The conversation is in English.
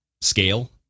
scale